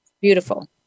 beautiful